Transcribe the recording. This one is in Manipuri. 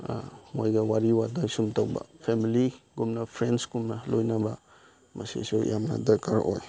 ꯃꯣꯏꯒ ꯋꯥꯔꯤ ꯋꯇꯥꯏ ꯁꯨꯝ ꯇꯧꯕ ꯐꯦꯃꯤꯂꯤꯒꯨꯝꯅ ꯐ꯭ꯔꯦꯟꯁꯒꯨꯝꯅ ꯂꯣꯏꯅꯕ ꯃꯁꯤꯁꯨ ꯌꯥꯝꯅ ꯗꯔꯀꯥꯔ ꯑꯣꯏ